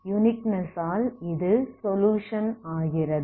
uniqueness ஆல் இது solution ஆகிறது